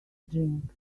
drink